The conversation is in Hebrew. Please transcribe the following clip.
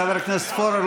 חבר הכנסת פורר,